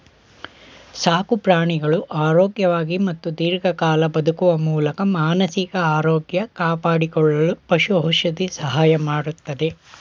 ಸಾಕುಪ್ರಾಣಿಗಳು ಆರೋಗ್ಯವಾಗಿ ಮತ್ತು ದೀರ್ಘಕಾಲ ಬದುಕುವ ಮೂಲಕ ಮಾನಸಿಕ ಆರೋಗ್ಯ ಕಾಪಾಡಿಕೊಳ್ಳಲು ಪಶು ಔಷಧಿ ಸಹಾಯ ಮಾಡ್ತದೆ